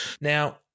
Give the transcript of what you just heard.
Now-